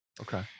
Okay